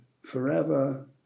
forever